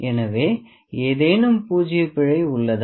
எனவே ஏதேனும் பூஜ்ஜிய பிழை உள்ளதா